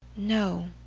no,